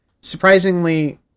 surprisingly